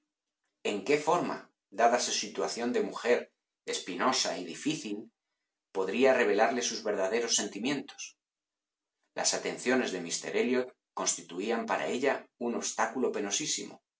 en qué forma dada su situación de mujer espinosa y difícil podría revelarle sus verdaderos sentimientos las atenciones de míster elliot constituían para ella un abstáculo penosísimo